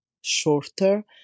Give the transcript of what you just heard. shorter